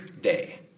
day